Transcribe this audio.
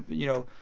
you know.